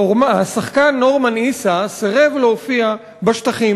השחקן נורמן עיסא סירב להופיע בשטחים,